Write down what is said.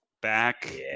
back